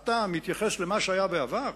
אם אתה מתייחס למה שהיה בעבר,